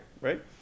right